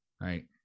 right